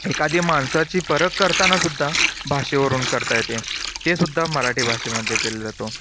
एखाद्या माणसाची पारख करतानासुद्धा भाषेवरून करता येते ते सुद्धा मराठी भाषेमध्ये केला जातो